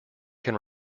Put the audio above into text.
can